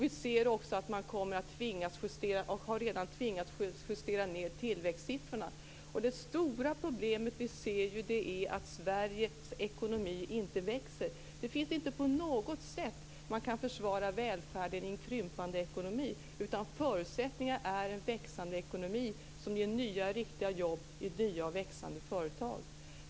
Vi ser också att man redan har tvingats justera ned tillväxtsiffrorna. Det stora problem som vi ser är att Sveriges ekonomi inte växer. Man kan inte på något sätt försvara välfärden i en krympande ekonomi, utan förutsättningen är en växande ekonomi som ger nya och riktiga jobb i nya och växande företag.